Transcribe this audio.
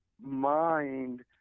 mind